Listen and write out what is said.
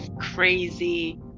crazy